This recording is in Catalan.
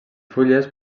fulles